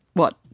what,